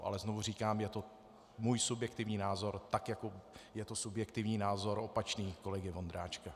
Ale znovu říkám, je to můj subjektivní názor, tak jako je to subjektivní názor opačný kolegy Vondráčka.